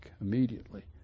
immediately